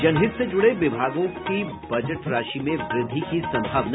जनहित से जुड़ें विभागों की बजट राशि में वृद्धि की सम्भावना